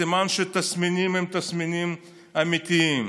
סימן שהתסמינים הם תסמינים אמיתיים.